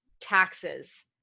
taxes